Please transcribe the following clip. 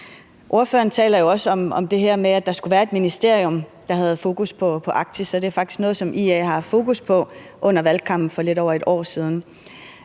Ordføreren taler jo også om det her med, at der skulle være et ministerium, der havde fokus på Arktis, og det er faktisk noget, som IA har haft fokus på under valgkampen for lidt